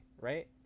right